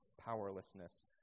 powerlessness